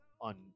on